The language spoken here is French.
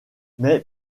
mais